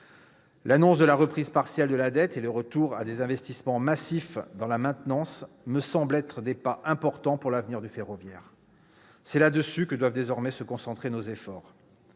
L'annonce de la reprise partielle de la dette et le retour à des investissements massifs dans la maintenance me semblent des pas importants pour l'avenir du ferroviaire : c'est sur ces points que doivent désormais se concentrer nos efforts.